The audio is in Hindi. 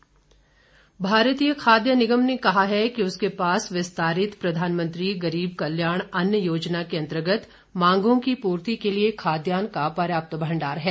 खाद्यान्न भारतीय खाद्य निगम ने कहा है कि उसके पास विस्तारित प्रधानमंत्री गरीब कल्याण अन्न योजना के अंतर्गत मांगों की पूर्ति के लिए खाद्यान्न का पर्याप्त भंडार है